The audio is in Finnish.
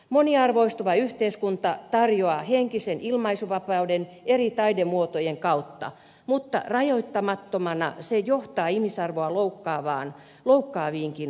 moniarvoistuva yhteiskunta tarjoaa henkisen ilmaisuvapauden eri taidemuotojen kautta mutta rajoittamattomana se johtaa ihmisarvoa loukkaaviinkin muotoihin